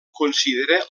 considera